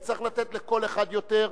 אצטרך לתת לכל אחד יותר,